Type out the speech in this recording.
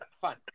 fine